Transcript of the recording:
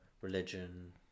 religion